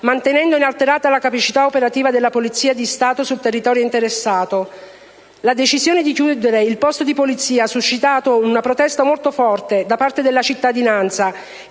mantenendo inalterata la capacità operativa della Polizia di Stato sul territorio interessato». La decisione di chiudere il posto di Polizia ha suscitato una protesta molto forte da parte della cittadinanza,